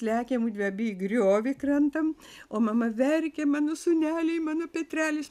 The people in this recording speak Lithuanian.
lekia mudvi abi į griovį krentam o mama verkia mano sūneliai mano petrelis